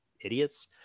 idiots